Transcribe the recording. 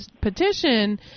petition